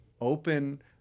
open